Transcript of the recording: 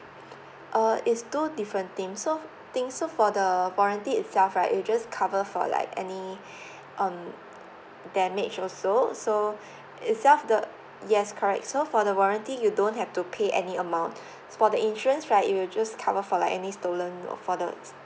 uh it's two different thing so things so for the warranty itself right it will just cover for like any um damage also so itself the yes correct so for the warranty you don't have to pay any amount for the insurance right it will just cover for like any stolen or for the